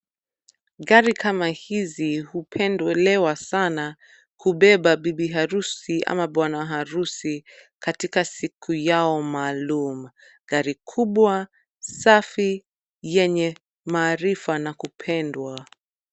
Gari kama hizi hupendelewa sana kubeba bibi harusi ama bwana harusi katika siku yao maalum. Gari kubwa, safi yenye maarifa na kupendwa.